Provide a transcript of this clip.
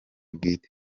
bwite